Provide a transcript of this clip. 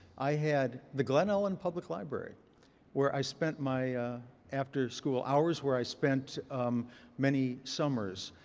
i had the glen allen public library where i spent my after-school hours. where i spent many summers.